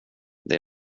det